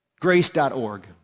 grace.org